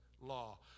law